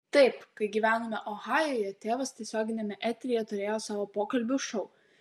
taip kai gyvenome ohajuje tėvas tiesioginiame eteryje turėjo savo pokalbių šou